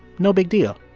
no big deal.